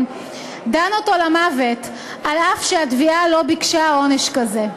דן אותו למוות אף שהתביעה לא ביקשה עונש כזה.